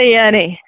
ചെയ്യാനേ